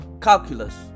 calculus